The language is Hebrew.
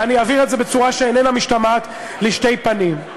ואני אבהיר את זה בצורה שאיננה משתמעת לשתי פנים: